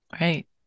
Right